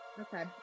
Okay